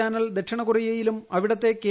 channel ദക്ഷിണ കൊറിയയിലും അവിടുത്തെ കെ